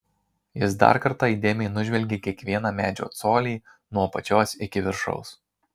jis dar kartą įdėmiai nužvelgė kiekvieną medžio colį nuo apačios iki viršaus